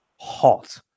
hot